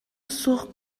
суох